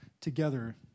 together